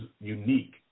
unique